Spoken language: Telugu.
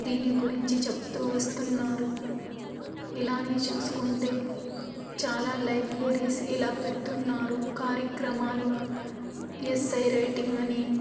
దీని గురించి చెప్తూ వస్తున్నారు ఇలానే చూసుకుంటే చాలా లైబ్లరీస్ ఇలా పెడుతున్నారు కార్యక్రమాలు ఎస్ ఐ రైటింగ్ అని